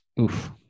Oof